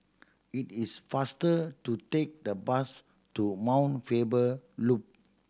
it is faster to take the bus to Mount Faber Loop